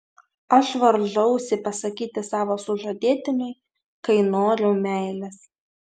aš varžausi pasakyti savo sužadėtiniui kai noriu meilės